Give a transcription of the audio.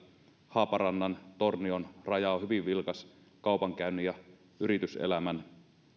haaparannan tornion raja on hyvin vilkas kaupankäynnin ja yrityselämän